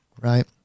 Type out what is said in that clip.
right